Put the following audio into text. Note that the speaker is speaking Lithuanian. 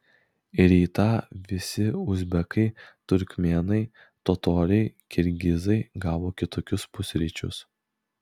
rytą visi uzbekai turkmėnai totoriai kirgizai gavo kitokius pusryčius